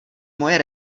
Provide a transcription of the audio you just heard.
moje